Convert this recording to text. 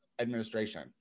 administration